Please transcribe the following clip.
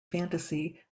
fantasy